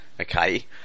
okay